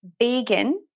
vegan